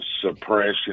suppression